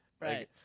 Right